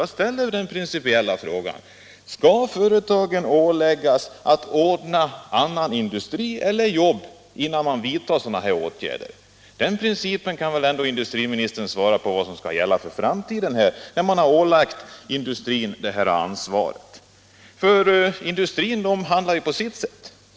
Jag ställer den principiella frågan: Skall företagen åläggas att ordna annan industri eller annat jobb innan man vidtar sådana här åtgärder? Industriministern kan väl ändå svara på vad som skall gälla för framtiden, när man har ålagt industrin detta ansvar. Industrin handlar ju på sitt sätt.